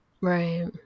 Right